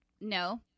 No